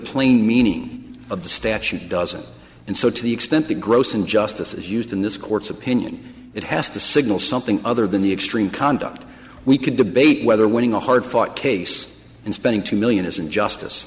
plain meaning of the statute doesn't and so to the extent the gross injustice is used in this court's opinion it has to signal something other than the extreme conduct we can debate whether winning a hard fought case and spending two million isn't justice